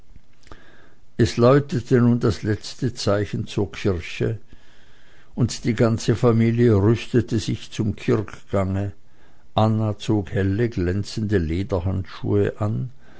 es läutete nun das letzte zeichen zur kirche und die ganze familie rüstete sich zum kirchgange anna zog helle glänzende lederhandschuhe an